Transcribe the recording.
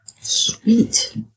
Sweet